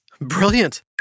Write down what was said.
brilliant